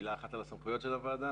מילה אחת על הסמכויות של הוועדה.